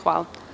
Hvala.